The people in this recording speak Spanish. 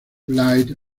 light